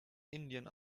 indien